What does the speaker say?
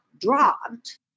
dropped